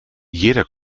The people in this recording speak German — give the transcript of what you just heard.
jeder